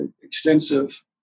extensive